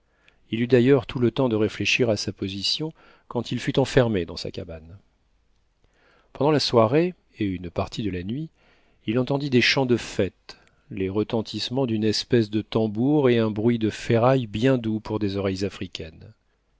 il eut d'ailleurs tout le temps de réfléchir à sa position quand il fut enfermé dans sa cabane pendant la soirée et une partie de la nuit il entendit des chants de fête les retentissements d'une espèce de tambour et un bruit de ferraille bien doux pour des oreilles africaines